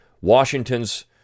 Washington's